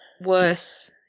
worse